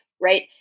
right